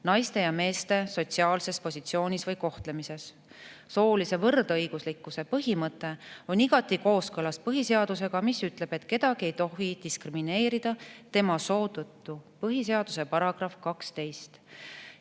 naiste ja meeste sotsiaalses positsioonis või kohtlemises. Soolise võrdõiguslikkuse põhimõte on igati kooskõlas põhiseadusega, mis ütleb, et kedagi ei tohi diskrimineerida tema soo tõttu – põhiseaduse § 12.